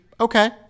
okay